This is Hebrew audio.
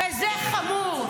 וזה חמור.